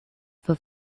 for